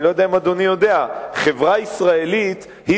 אני לא יודע אם אדוני יודע: חברה ישראלית היא